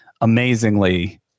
amazingly